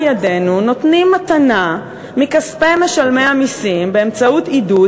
ידינו נותנים מתנה מכספי משלמי המסים באמצעות עידוד